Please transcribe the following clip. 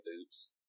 boots